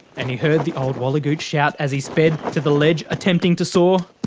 and he heard the old wallagoot shout as he sped to the ledge attempting to soar.